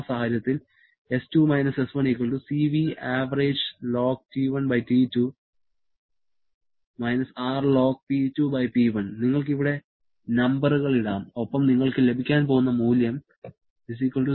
ആ സാഹചര്യത്തിൽ നിങ്ങൾക്ക് ഇവിടെ നമ്പറുകൾ ഇടാം ഒപ്പം നിങ്ങൾക്ക് ലഭിക്കാൻ പോകുന്ന മൂല്യം 0